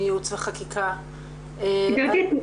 מייעוץ וחקיקה --- גברתי,